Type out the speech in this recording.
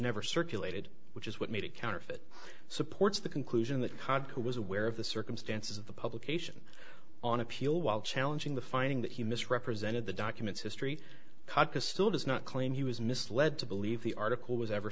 never circulated which is what made it counterfeit supports the conclusion that cobb who was aware of the circumstances of the publication on appeal while challenging the finding that he misrepresented the documents history caucus still does not claim he was misled to believe the article was ever